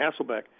Hasselbeck